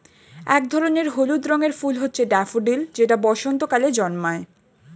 এক ধরনের হলুদ রঙের ফুল হচ্ছে ড্যাফোডিল যেটা বসন্তকালে জন্মায়